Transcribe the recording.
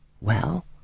Well